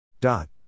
Dot